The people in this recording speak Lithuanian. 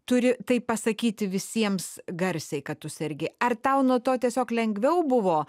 turi tai pasakyti visiems garsiai kad tu sergi ar tau nuo to tiesiog lengviau buvo